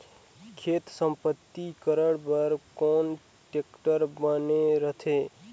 खेत समतलीकरण बर कौन टेक्टर बने रथे?